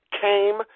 came